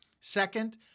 Second